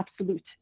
absolute